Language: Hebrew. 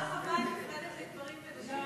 הייתה רחבה נפרדת לגברים ונשים?